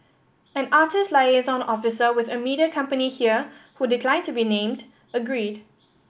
an artist liaison officer with a media company here who declined to be named agreed